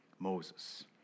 Moses